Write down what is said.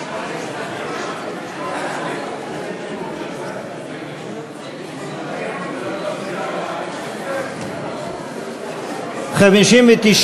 ההסתייגות של חברת הכנסת סתיו שפיר לסעיף 1 לא נתקבלה.